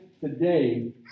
today